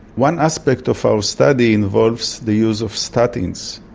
one aspect of our study involves the use of statins.